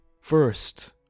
First